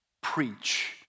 preach